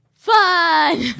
Fun